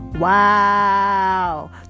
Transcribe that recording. Wow